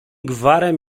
gwarem